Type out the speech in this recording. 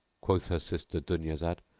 quoth her sister dunyazad,